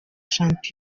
shampiyona